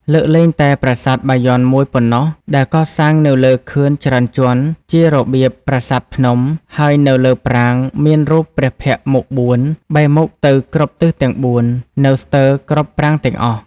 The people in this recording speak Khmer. លើកលែងតែប្រាសាទបាយ័នមួយប៉ុណ្ណោះ ដែលកសាងនៅលើខឿនច្រើនជាន់ជារបៀបប្រាសាទភ្នំ ហើយនៅលើប្រាង្គ មានរូបព្រះភ័ក្ត្រមុខបួន បែរមុខទៅគ្រប់ទិសទាំងបួននៅស្ទើរគ្រប់ប្រាង្គទាំងអស់។